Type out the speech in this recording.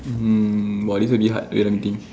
mm but it's a bit hard wait let me think